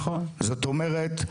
זאת אומרת,